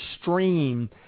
stream